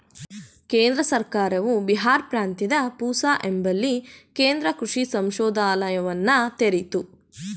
ಕೇಂದ್ರ ಸರ್ಕಾರವು ಬಿಹಾರ್ ಪ್ರಾಂತ್ಯದ ಪೂಸಾ ಎಂಬಲ್ಲಿ ಕೇಂದ್ರ ಕೃಷಿ ಸಂಶೋಧನಾಲಯವನ್ನ ತೆರಿತು